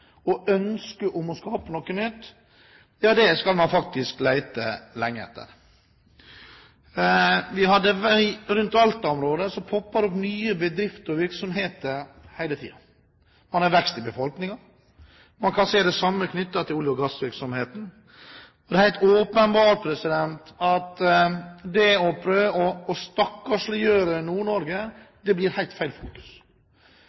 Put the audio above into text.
og har ønsker om å skape noe nytt. En slik landsdel skal man lete lenge etter. Rundt Alta-området popper det opp nye bedrifter og virksomheter hele tiden. Man har vekst i befolkningen. Man kan se det samme i olje- og gassvirksomheten. Det er helt åpenbart at man ved å